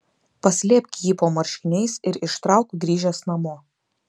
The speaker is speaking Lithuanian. paslėpk jį po marškiniais ir ištrauk grįžęs namo